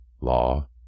law